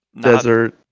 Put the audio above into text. desert